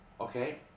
Okay